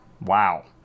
wow